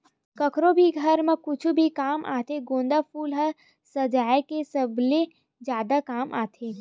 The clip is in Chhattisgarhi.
कखरो भी घर म कुछु भी काम आथे गोंदा फूल ह सजाय के सबले जादा काम आथे